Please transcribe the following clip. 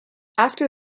after